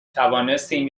توانستیم